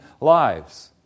lives